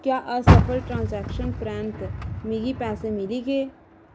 क्या असफल ट्रांज़ैक्शन परैंत्त मिगी पैसे मिली गे